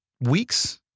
weeks